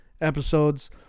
episodes